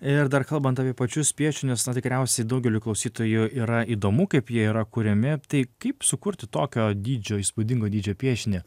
ir dar kalbant apie pačius piešinius na tikriausiai daugeliui klausytojų yra įdomu kaip jie yra kuriami tai kaip sukurti tokio dydžio įspūdingo dydžio piešinį